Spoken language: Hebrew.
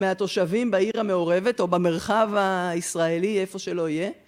מהתושבים בעיר המעורבת או במרחב הישראלי, איפה שלא יהיה.